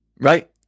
Right